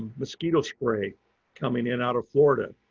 mosquito spray coming in out of florida.